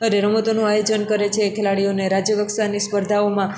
અરે રમતોનું આયોજન કરે છે ખેલાડીઓને રાજ્ય કક્ષાની સ્પર્ધાઓમાં